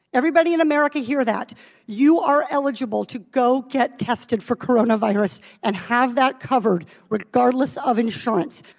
everybody in america hears that you are eligible to go get tested for coronavirus and have that covered regardless of insurance.